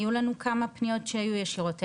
היו לנו כמה פניות שהיו ישירות אלינו,